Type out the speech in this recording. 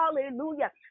hallelujah